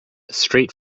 street